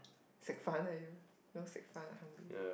sek fan ah you know sek fan I hungry